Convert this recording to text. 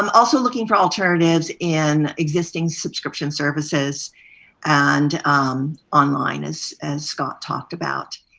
um also looking for alternatives in existing subscription services and um online as as scott talked about.